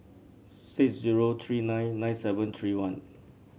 six zero three nine nine seven three one